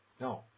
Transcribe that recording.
No